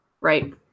Right